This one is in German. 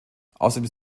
außerdem